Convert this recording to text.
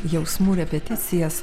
jausmų repeticijas